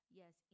yes